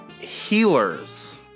healers